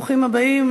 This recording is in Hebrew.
ברוכים הבאים,